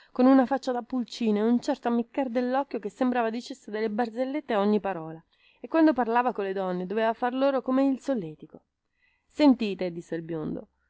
con una faccia da pulcino e un certo ammiccar dellocchio che sembrava dicesse delle barzellette a ogni parola e quando parlava colle donne doveva far loro come il solletico sentite disse al biondo